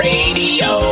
Radio